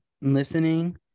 listening